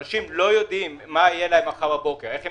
אנשים לא יודעים איך מחר בבוקר הם ישתכרו,